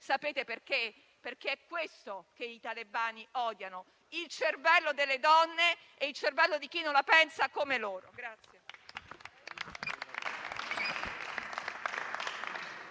sapete perché? Perché è questo che i talebani odiano, il cervello delle donne e di chi non la pensa come loro.